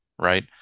right